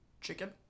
Chicken